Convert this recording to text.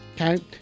Okay